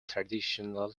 traditional